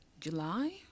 July